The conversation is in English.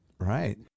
Right